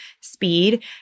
speed